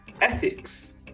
ethics